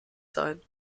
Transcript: sein